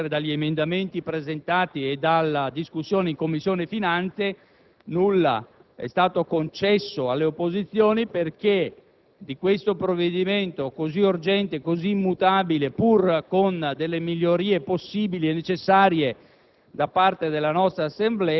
da come si può vincere dagli emendamenti presentati e dalla discussione in Commissione finanze, nulla è stato concesso alle opposizioni per intervenire e modificare questo provvedimento, così urgente e così immutabile, pur con delle migliorie possibili e necessarie